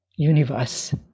universe